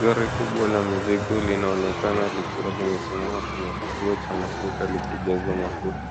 Gari kubwa la mizigo linaonekana likiwa limesimama kwenye kituo cha mafuta likijaza mafuta.